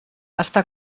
està